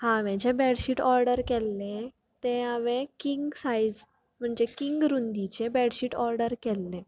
हांवें जें bedsheet order केल्लें तें हांवें किंग सायज म्हणजे किंग रुंदीचें बेडशीट ऑर्डर केल्ले